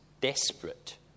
desperate